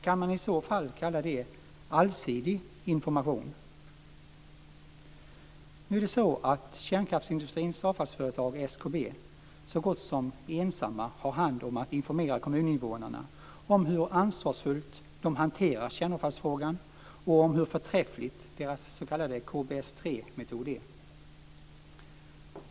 Kan man i så fall kalla det allsidig information? Nu är det så att kärnkraftsindustrins avfallsföretag SKB så gott som ensamt har hand om att informera kommuninvånarna om hur ansvarsfullt de hanterar kärnavfallsfrågan och om hur förträfflig deras s.k. KBS-3-metod är.